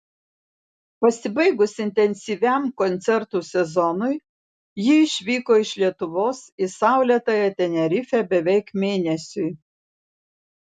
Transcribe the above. pasibaigus intensyviam koncertų sezonui ji išvyko iš lietuvos į saulėtąją tenerifę beveik mėnesiui